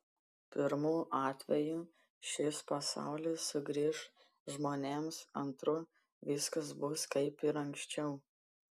pirmu atveju šis pasaulis sugrįš žmonėms antru viskas bus kaip ir anksčiau